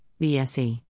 BSE